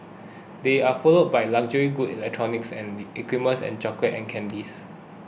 they are followed by luxury goods electronics and equipment and chocolates and candies